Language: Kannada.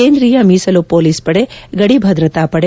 ಕೇಂದ್ರೀಯ ಮೀಸಲು ಹೊಲೀಸ್ ಪಡೆ ಗಡಿ ಭದ್ರತಾ ಪಡೆ